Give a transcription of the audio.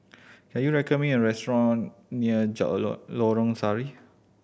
can you recommend me a restaurant near Lorong Sari